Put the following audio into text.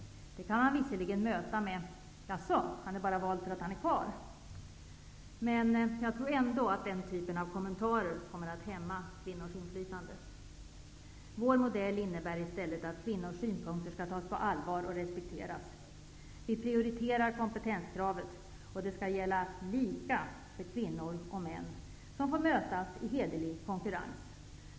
Det kan man visserligen bemöta med: ''Jaså, han är vald bara för att han är karl!'' Jag tror ändå att sådana kommentarer kommer att hämma kvinnors inflytande. Vår modell innebär i stället att kvinnors synpunkter skall tas på allvar och respekteras. Vi prioriterar kompetenskravet, och det skall gälla lika för kvinnor och män, som får mötas i hederlig konkurrens.